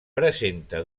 presenta